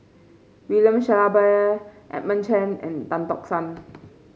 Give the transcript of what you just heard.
William Shellabear Edmund Chen and Tan Tock San